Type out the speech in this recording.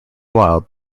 wild